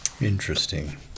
Interesting